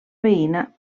veïna